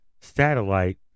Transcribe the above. satellite